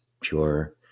pure